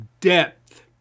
depth